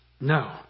No